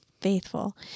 faithful